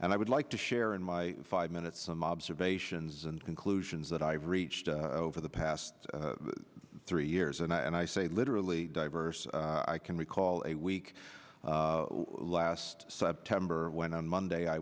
and i would like to share in my five minutes some observations and conclusions that i've reached over the past three years and i say literally diverse i can recall a week last september when on monday i